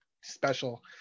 special